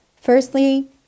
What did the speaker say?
Firstly